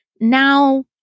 Now